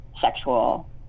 sexual